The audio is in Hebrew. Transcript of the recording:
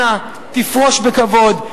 אנא, תפרוש בכבוד.